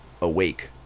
awake